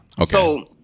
Okay